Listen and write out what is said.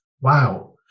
Wow